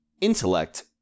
Intellect